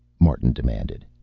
martin demanded.